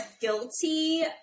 guilty